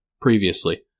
previously